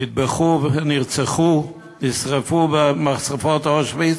נטבחו ונרצחו, נשרפו במשרפות אושוויץ,